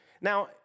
Now